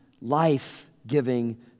life-giving